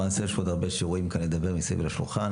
למעשה יש עוד הרבה שיעורים כאן לדבר מסביב לשולחן,